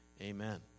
Amen